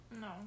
No